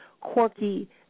quirky